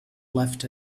left